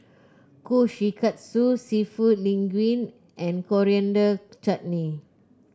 Kushikatsu seafood Linguine and Coriander Chutney